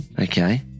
Okay